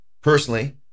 personally